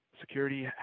security